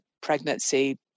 pregnancy